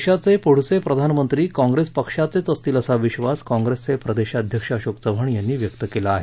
देशाचे पुढचे प्रधानमंत्री काँग्रेस पक्षाचेच असतील असा विश्वास काँग्रेसचे प्रदेशाध्यक्ष अशोक चव्हाण यांनी व्यक्त केला आहे